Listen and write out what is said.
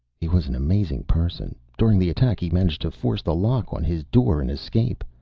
he was an amazing person. during the attack he managed to force the lock on his door and escape.